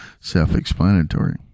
self-explanatory